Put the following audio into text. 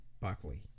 Buckley